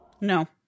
No